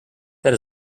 that